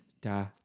Da